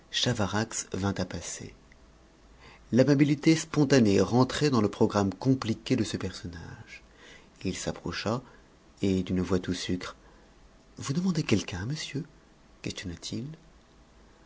chavarax vint à passer l'amabilité spontanée rentrait dans le programme compliqué de ce personnage il s'approcha et d'une voix tout sucre vous demandez quelqu'un monsieur questionna t il